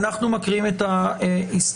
אנחנו מקריאים את ההסתייגויות,